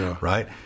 right